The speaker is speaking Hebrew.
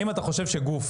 האם אתה חושב שגוף,